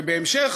ובהמשך,